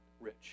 rich